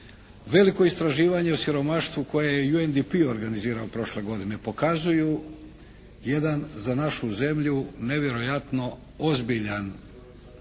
veliko istraživanje o siromaštvu koje je i UNDP-i organizirao prošle godine pokazuju jedan za našu zemlju nevjerojatno ozbiljan,